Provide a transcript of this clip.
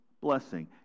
blessing